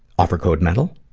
offer code mental.